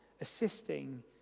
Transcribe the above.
assisting